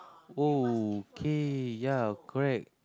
okay ya correct